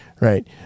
Right